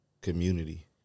community